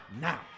now